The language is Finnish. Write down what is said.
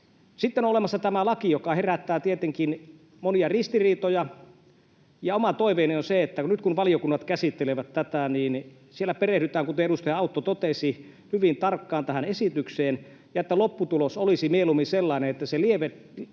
Sitten on olemassa tämä laki, joka herättää tietenkin monia ristiriitoja. Oma toiveeni on se, että nyt kun valiokunnat käsittelevät tätä, niin siellä perehdytään, kuten edustaja Autto totesi, hyvin tarkkaan tähän esitykseen, ja että lopputulos olisi mieluummin sellainen, että se mieluummin